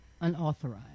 Unauthorized